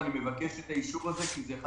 ואני מבקש את האישור הזה כי זה אחד